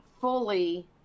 fully